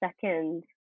second